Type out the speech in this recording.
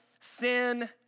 sin